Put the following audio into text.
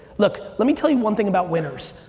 look, let me tell you one thing about winners.